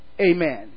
Amen